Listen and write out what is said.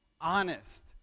honest